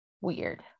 weird